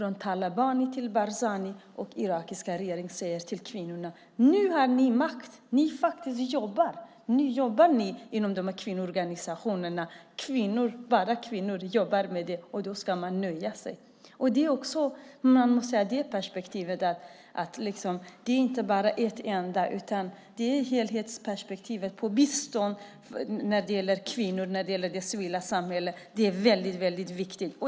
Talabani, Barzani och den irakiska regeringen säger till kvinnorna: Nu har ni makt! Ni jobbar faktiskt. Ni jobbar inom de här kvinnoorganisationerna. Det är bara kvinnor som jobbar med det, och det ska man nöja sig med. Man måste se det hela i det perspektivet. Det är inte bara en enda sak, utan man måste ha ett helhetsperspektiv på bistånd när det gäller kvinnor och det civila samhället. Det är viktigt.